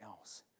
else